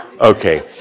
okay